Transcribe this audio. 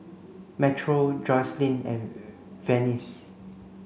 Metro Joslyn and Venice